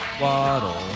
Waddle